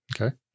Okay